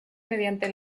mediante